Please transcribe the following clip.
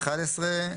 11,